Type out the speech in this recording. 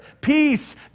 peace